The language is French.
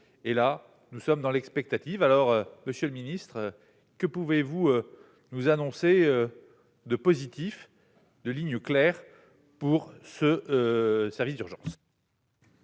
et là nous sommes dans l'expectative, alors Monsieur le ministre, que pouvez-vous nous annoncer de positif de ligne claire pour ce service d'urgence.